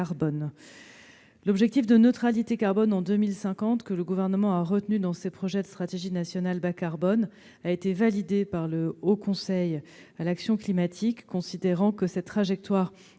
L'objectif de neutralité carbone en 2050 que le Gouvernement a retenu dans ses projets de Stratégie nationale bas-carbone a été validé par le Haut Conseil pour le climat. Ce dernier a en effet considéré que cette trajectoire